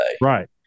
right